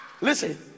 Listen